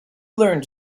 learned